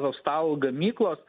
hostal gamyklos